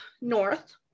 north